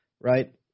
right